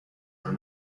are